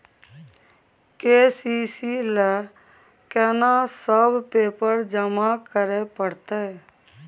KCC ल केना सब पेपर जमा करै परतै?